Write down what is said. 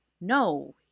no